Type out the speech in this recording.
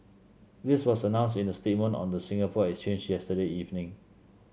this was announced in a statement on the Singapore Exchange yesterday evening